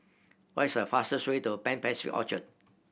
what is the fastest way to Pan Pacific Orchard